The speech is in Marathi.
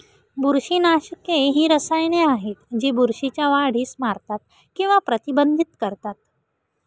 बुरशीनाशके ही रसायने आहेत जी बुरशीच्या वाढीस मारतात किंवा प्रतिबंधित करतात